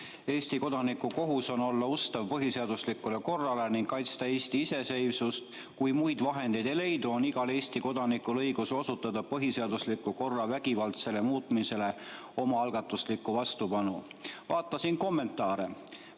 "Eesti kodaniku kohus on olla ustav põhiseaduslikule korrale ning kaitsta Eesti iseseisvust. Kui muid vahendeid ei leidu, on igal Eesti kodanikul õigus osutada põhiseadusliku korra vägivaldsele muutmisele omaalgatuslikku vastupanu." Vaatasin ka kommentaare.